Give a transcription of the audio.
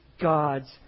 God's